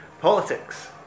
Politics